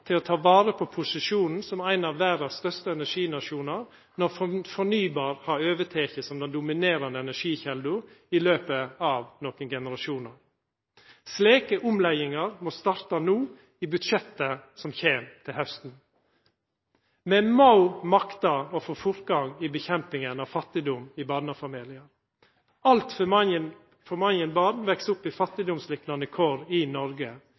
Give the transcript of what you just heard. til å ta vare på posisjonen som ein av verdas største energinasjonar, når fornybar energi har teke over som den dominerande energikjelda i løpet av nokre generasjonar. Slike omleggingar må starta no, i budsjettet som kjem til hausten. Me må makta å få fortgang i arbeidet mot fattigdom i barnefamiliane. Altfor mange barn veks opp i fattigdomsliknande kår i Noreg